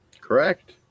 Correct